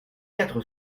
quatre